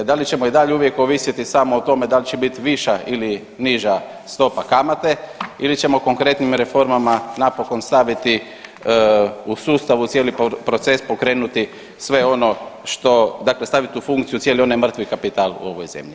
Da li ćemo i dalje uvijek ovisiti samo o tome da li će biti viša ili niža stopa kamate ili ćemo konkretnim reformama napokon staviti u sustavu cijeli proces, pokrenuti sve ono što, dakle staviti u funkciju cijeli onaj mrtvi kapital u ovoj zemlji?